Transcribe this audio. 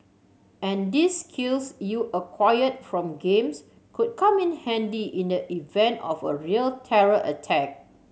and these skills you acquired from games could come in handy in the event of a real terror attack